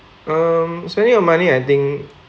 um spending of money I think